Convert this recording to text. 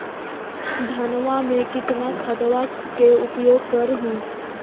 धानमा मे कितना खदबा के उपयोग कर हू?